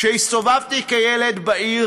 כשהסתובבתי כילד בעיר,